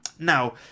Now